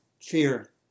Fear